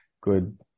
good